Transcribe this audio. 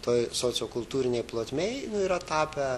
toj sociokultūrinėj plotmėj yra tapę